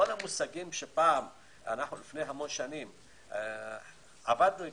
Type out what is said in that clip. כל המושגים שלפני שנים עבדנו אתם,